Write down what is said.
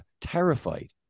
terrified